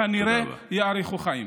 כנראה יאריכו חיים.